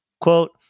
Quote